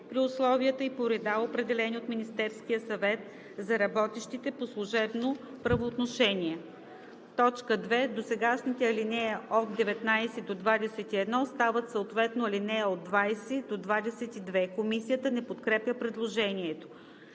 при условията и по реда, определени от Министерския съвет за работещите по служебно правоотношение.“ 2. Досегашните ал. 19 – 21 стават съответно ал. 20 – 22.“ Комисията не подкрепя предложението.